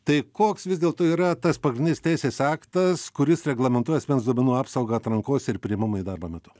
tai koks vis dėlto yra tas pagrindinis teisės aktas kuris reglamentuoja asmens duomenų apsaugą atrankos ir priėmimo į darbo metu